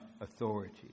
authority